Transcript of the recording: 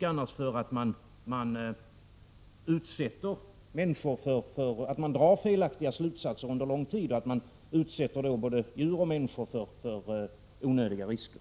ju annars risk för att man drar felaktiga slutsatser under lång tid och då utsätter både djur och människor för onödiga risker.